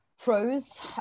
Pros